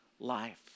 life